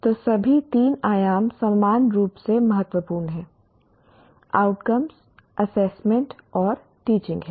तो सभी 3 आयाम समान रूप से महत्वपूर्ण हैं आउटकम एसेसमेंट और टीचिंग है